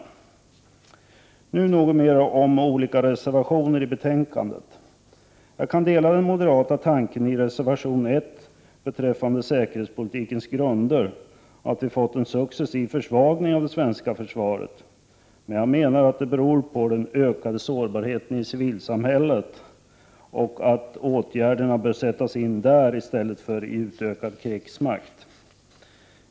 Jag vill säga något mera om olika reservationer till betänkandet. Jag kan dela den moderata tanken i reservation 1 beträffande säkerhetspolitikens grunder, att vi har fått en successiv försvagning av det svenska försvaret, men jag menar att det beror på den ökade sårbarheten i det civila samhället. Åtgärderna bör sättas in där i stället för i utökad krigsmakt.